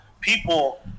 people